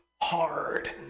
hard